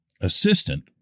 assistant